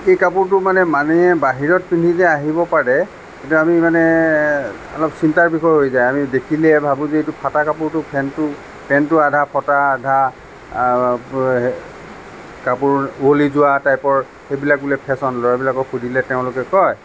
সেই কাপোৰটো মানে মানুহে বাহিৰত পিন্ধি যে আহিব পাৰে এতিয়া আমি মানে অলপ চিন্তাৰ বিষয় হৈ যায় আমি দেখিলে ভাবোঁ যে এইটো ফটা কাপোৰটো পেণ্টটো পেণ্টটো আধা ফটা আধা কাপোৰ উৱলি যোৱা টাইপৰ সেইবিলাক বোলে ফেশ্বন ল'ৰাবিলাকক সুধিলে তেওঁলোকে কয়